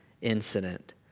incident